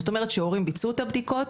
זאת אומרת שההורים ביצעו את הבדיקות,